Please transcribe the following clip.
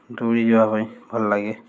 ଦୌଡ଼ିଯିବା ପାଇଁ ଭଲ ଲାଗେ